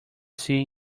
see